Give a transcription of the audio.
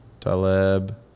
Taleb